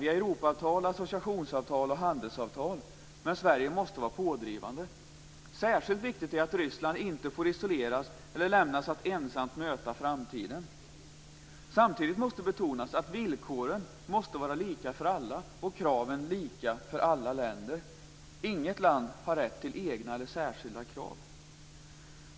Vi har Europaavtal, associationsavtal och handelsavtal. Men Sverige måste vara pådrivande. Särskilt viktigt är att Ryssland inte får isoleras eller lämnas att ensamt möta framtiden. Samtidigt måste betonas att villkoren måste vara lika för alla, och kraven lika för alla länder. Inget land har rätt till egna eller särskilda krav.